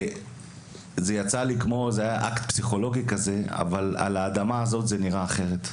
זה היה אקט פסיכולוגי אבל על האדמה הזאת זה נראה אחרת.